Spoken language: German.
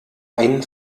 ein